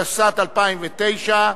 התשס"ט 2009,